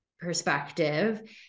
perspective